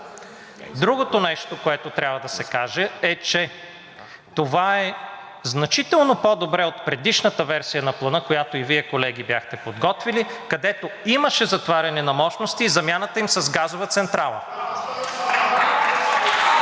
Другото нещо, което трябва да се каже, е, че това е значително по-добре от предишната версия на Плана, която и Вие, колеги, бяхте подготвили, където имаше затваряне на мощности и замяната им с газова централа,